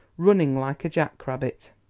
running like a jack-rabbit.